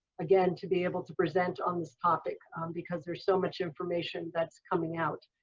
again, to be able to present on this topic because there's so much information that's coming out.